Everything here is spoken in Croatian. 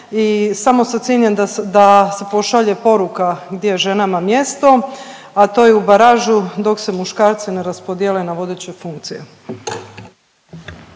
samo sa ciljem da se pošalje poruka gdje je ženama mjesto, a to je u baražu dok se muškarci ne raspodijele na vodeće funkcije.